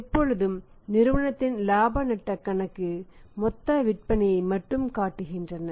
எப்பொழுது நிறுவனத்தின் இலாப நட்டக் கணக்கு மொத்த விற்பனையை மட்டும் காட்டுகின்றன